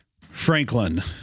Franklin